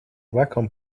wacom